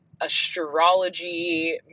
astrology